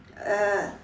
uh